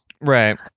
Right